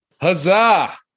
Huzzah